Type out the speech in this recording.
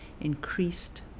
increased